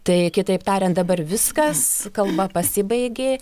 tai kitaip tariant dabar viskas kalba pasibaigė